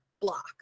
block